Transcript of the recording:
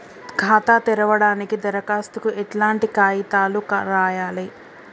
ఖాతా తెరవడానికి దరఖాస్తుకు ఎట్లాంటి కాయితాలు రాయాలే?